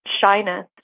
shyness